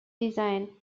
design